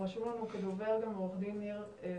רשום לנו כדובר גם עורך דין ניר גרסון,